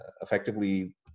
effectively